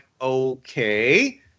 okay